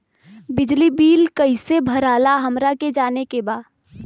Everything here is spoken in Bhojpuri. बिजली बिल कईसे भराला हमरा के जाने के बा?